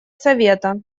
совета